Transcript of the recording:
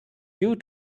due